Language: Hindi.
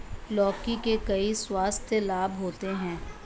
लौकी के कई स्वास्थ्य लाभ होते हैं